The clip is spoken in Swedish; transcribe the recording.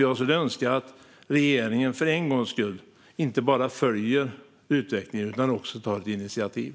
Jag skulle därför önska att regeringen för en gångs skull inte bara följer utvecklingen utan också tar ett initiativ.